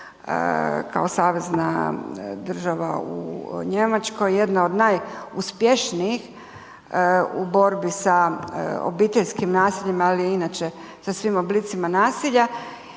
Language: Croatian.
kao savezna država u Njemačkoj jedna od najuspješnijih u borbi sa obiteljskim nasiljem, ali i inače sa svim oblicima nasilja